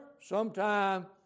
sometime